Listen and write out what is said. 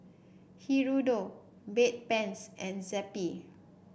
Hirudoid Bedpans and Zappy